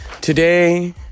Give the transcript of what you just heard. today